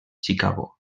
chicago